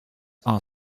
are